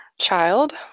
child